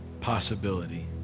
possibility